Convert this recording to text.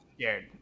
scared